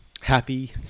happy